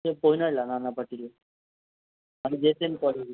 ते कोयनाडला नाना पाटील आहे आणि जे एस एम कॉलेज आहे